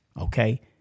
Okay